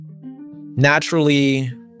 Naturally